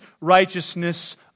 righteousness